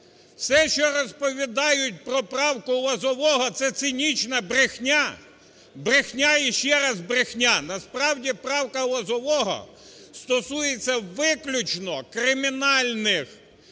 Все, що розповідають про правку Лозового, – це цинічна брехня, брехня і ще раз брехня! Насправді правка Лозового стосується виключно кримінальних